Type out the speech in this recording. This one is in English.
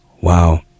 Wow